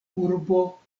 urbo